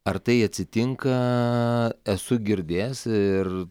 ar tai atsitinka esu girdėjęs ir